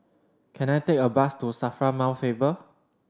can I take a bus to SAFRA Mount Faber